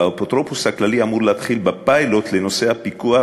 האפוטרופוס הכללי אמור להתחיל בפיילוט בנושא הפיקוח